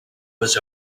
was